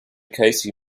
casey